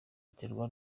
biterwa